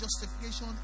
justification